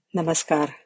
Namaskar